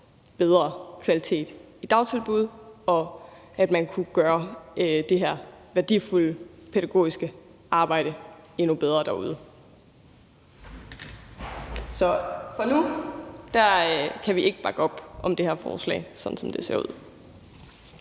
bedre kvalitet i dagtilbuddene, så man kunne gøre det her værdifulde pædagogiske arbejde endnu bedre derude. Så vi kan ikke bakke op om det her forslag, sådan som det ser ud